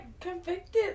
convicted